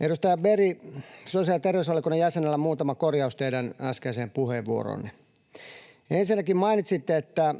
Edustaja Berg, sosiaali- ja terveysvaliokunnan jäsen, muutama korjaus teidän äskeiseen puheenvuoroonne: Ensinnäkin mainitsitte, että